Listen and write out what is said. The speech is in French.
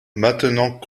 maintenant